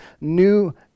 new